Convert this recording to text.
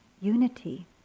unity